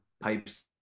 pipes